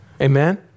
amen